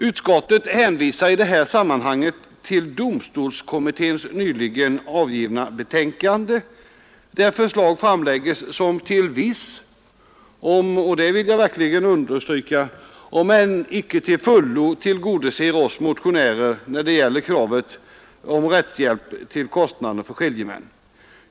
Utskottet hänvisar i detta sammanhang till domstolskommitténs nyligen avgivna betänkande, där förslag framläggs som till viss del — och det vill jag verkligen understryka — om än icke till fullo tillgodoser oss motionärer när det gäller kravet om rättshjälp till kostnader för skiljemän.